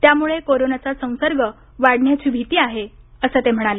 त्यामुळे कोरोनाचा संसर्ग वाढण्याची भीती आहे असं ते म्हणाले